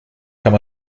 kann